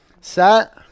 Set